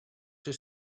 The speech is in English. his